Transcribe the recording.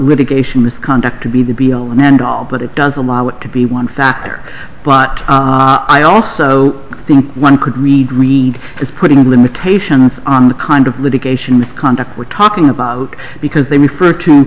geisha misconduct to be the be all and end all but it does allow it to be one factor but i also think one could read read as putting a limitation on the kind of litigation misconduct we're talking about because they refer to